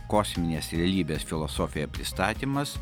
kosminės realybės filosofija pristatymas